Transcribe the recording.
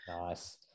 Nice